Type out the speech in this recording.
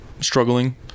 struggling